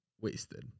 wasted